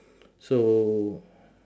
so